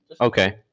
Okay